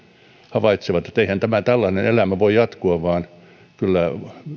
havaitsivat että eihän tämä tällainen elämä voi jatkua vaan kyllä